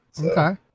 Okay